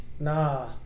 nah